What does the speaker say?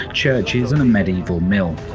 churches and a medieval mill.